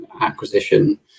acquisition